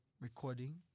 recording